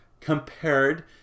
compared